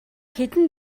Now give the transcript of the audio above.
хэдэн